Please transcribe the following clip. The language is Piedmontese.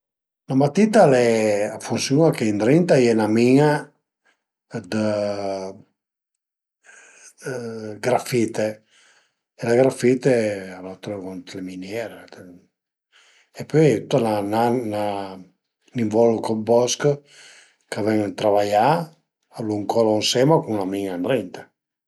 La matita al e, a funsiun-a che ëndrinta a ie 'na min-a dë dë grafite, la grafite a la trövu ën le miniere e pöi a ie 'na ën involucro dë bosch ch'a ven travaià, a lu ëncolu ënsema cun la min-a ëndrinta